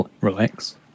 relax